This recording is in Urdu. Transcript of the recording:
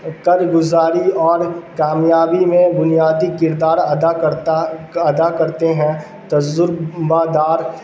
کارگزاری اور کامیابی میں بنیادی کردار ادا کرتا ادا کرتے ہیں تجربہ دار